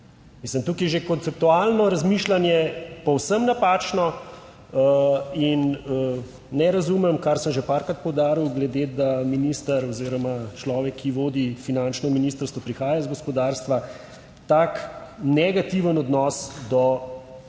Mislim, tukaj je že konceptualno razmišljanje povsem napačno. In ne razumem, kar sem že parkrat poudaril, glede, da minister oziroma človek, ki vodi finančno ministrstvo prihaja iz gospodarstva, tak negativen odnos do slovenskega